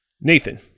Nathan